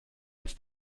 ins